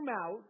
out